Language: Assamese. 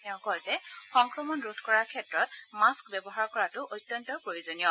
তেওঁ কয় যে সংক্ৰমণ ৰোধ কৰাৰ ক্ষেত্ৰত মাস্ক ব্যৱহাৰ কৰাটো অত্যন্ত প্ৰয়োজনীয়